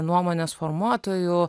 nuomonės formuotoju